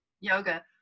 yoga